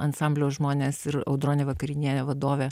ansamblio žmones ir audronė vakarinienė vadovė